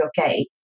okay